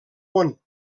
món